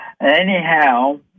Anyhow